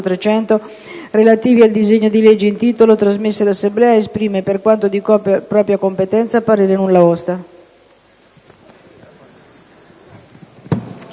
4.300, relativi al disegno di legge in titolo, trasmessi dall'Assemblea, esprime, per quanto di propria competenza, parere di nulla osta».